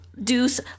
deuce